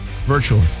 virtually